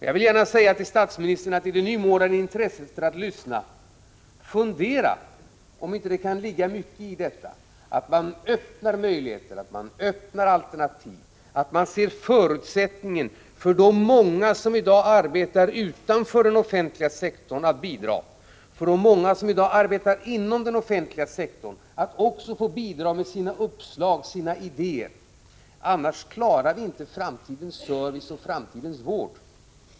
Jag vill gärna uppmana statsministern i hans nymornade intresse för att lyssna: Fundera på om det inte kan ligga mycket i detta — att man öppnar möjligheter, att man skapar alternativ, att man ser förutsättningen för de många som i dag arbetar utanför den offentliga sektorn att bidra och också för de många som i dag arbetar inom den offentliga sektorn att bidra med sina uppslag och idéer. Annars klarar vi inte framtidens service och framtidens vård.